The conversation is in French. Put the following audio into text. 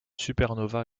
supernova